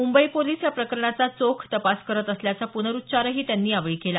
Mumbai police या प्रकरणाचा चोख तपास करत असल्याचा प्नरुच्चारही त्यांनी यावेळी केला